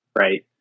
right